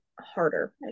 harder